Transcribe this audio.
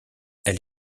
elle